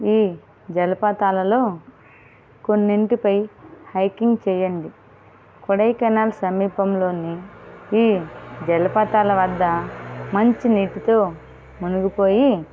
ఈ జలపాతాలలో కొన్నింటిపై హైకింగ్ చేయండి కొడైకెనాల్ సమీపంలోని ఈ జలపాతాల వద్ద మంచినీటితో మునిగిపోయి